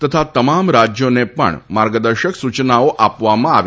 તથા તમામ રાજ્યોને પણ માર્ગદર્શક સૂચનાઓ આપવામાં આવી છે